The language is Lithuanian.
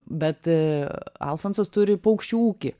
bet alfonsas turi paukščių ūkį